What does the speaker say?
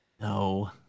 No